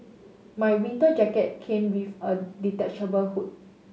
my winter jacket came with a detachable hood